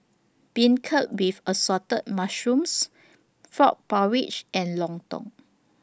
Beancurd with Assorted Mushrooms Frog Porridge and Lontong